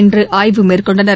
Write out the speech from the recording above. இன்று ஆய்வு மேற்கொண்டனர்